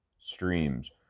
streams